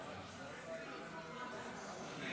אדוני